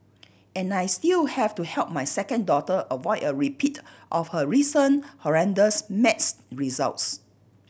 and I still have to help my second daughter avoid a repeat of her recent horrendous maths results